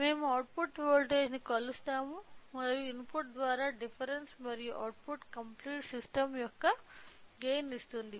మేము అవుట్పుట్ వోల్టేజ్ను కొలుస్తాము మరియు ఇన్పుట్ ద్వారా డిఫరెన్స్ మరియు అవుట్పుట్ కంప్లీట్ సిస్టం యొక్క గైన్ ఇస్తుంది